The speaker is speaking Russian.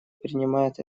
принимает